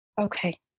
okay